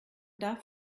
darf